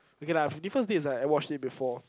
okay lah Fifty First Date is like I watched it before